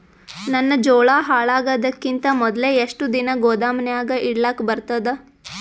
ನನ್ನ ಜೋಳಾ ಹಾಳಾಗದಕ್ಕಿಂತ ಮೊದಲೇ ಎಷ್ಟು ದಿನ ಗೊದಾಮನ್ಯಾಗ ಇಡಲಕ ಬರ್ತಾದ?